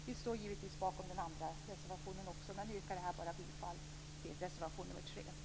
Vi står givetvis också bakom den andra reservationen, men jag yrkar här alltså bara bifall till reservation nr 3.